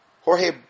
Jorge